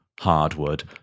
hardwood